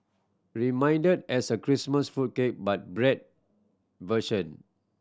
reminded as a Christmas fruit cake but bread version